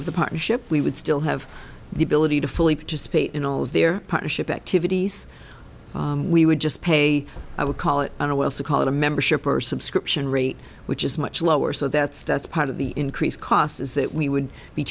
of the partnership we would still have the ability to fully participate in all of their partnership activities we would just pay i would call it in a while so call it a membership or subscription rate which is much lower so that's that's part of the increase cost is that we would be